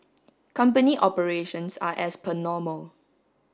company operations are as per normal